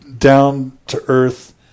down-to-earth